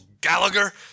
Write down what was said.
Gallagher